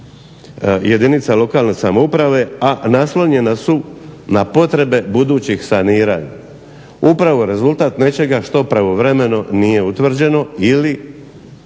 jedinica lokalne samouprave a naslonjena su na potrebe budućih saniranja, upravo rezultat onoga što pravovremeno nije utvrđeno ili